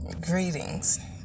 Greetings